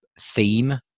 theme